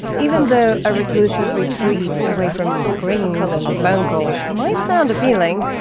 even though a reclusive retreat away from screens and phone calls might sound appealing,